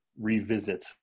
revisit